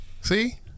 See